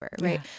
right